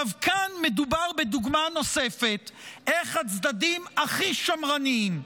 כאן מדובר בדוגמה נוספת של איך הצדדים הכי שמרניים,